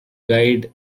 guyed